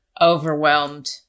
Overwhelmed